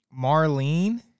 Marlene